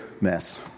mess